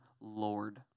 Lord